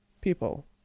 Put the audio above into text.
People